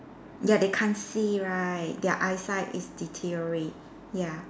ya they can't see right their eyesight is deteriorate ya